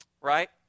right